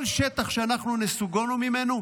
כל שטח שאנחנו נסוגונו ממנו,